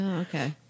Okay